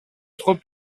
trop